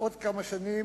עוד כמה שנים,